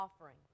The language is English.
offering